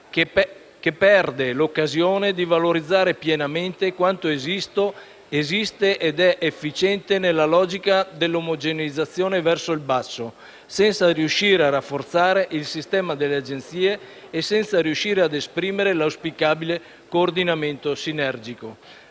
che perde l'occasione di valorizzare pienamente quanto esiste ed è efficiente nella logica dell'omogeneizzazione verso il basso, senza riuscire a rafforzare il sistema delle Agenzie e senza riuscire ad esprimere l'auspicabile coordinamento sinergico.